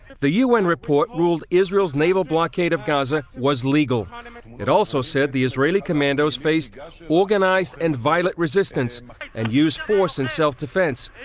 the un report ruled israel's naval blockade of gaza was legal. um it and it also said the israeli commandos faced organized and violent resistance and used force in self-defense,